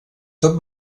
tot